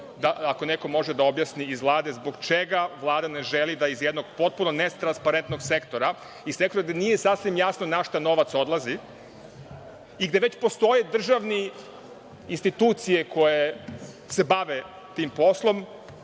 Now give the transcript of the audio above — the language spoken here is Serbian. ako neko može da objasni iz Vlade, zbog čega Vlada ne želi da iz jednog potpuno netransparentnog sektora, iz teksta nije sasvim jasno na šta novac odlazi i gde već postoje državne institucije koje se bave tim poslom,